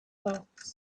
dots